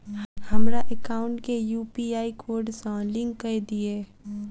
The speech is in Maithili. हमरा एकाउंट केँ यु.पी.आई कोड सअ लिंक कऽ दिऽ?